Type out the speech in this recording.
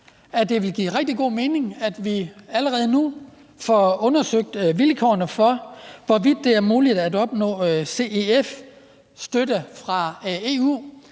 at det ville give rigtig god mening, at vi allerede nu fik undersøgt vilkårene for, hvorvidt det er muligt at opnå CEF-støtte fra EU,